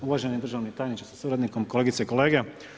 Uvaženi državni tajniče sa suradnikom, kolegice i kolege.